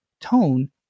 tone